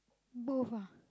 both ah